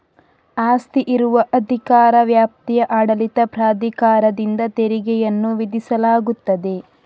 ಆಸ್ತಿ ಇರುವ ಅಧಿಕಾರ ವ್ಯಾಪ್ತಿಯ ಆಡಳಿತ ಪ್ರಾಧಿಕಾರದಿಂದ ತೆರಿಗೆಯನ್ನು ವಿಧಿಸಲಾಗುತ್ತದೆ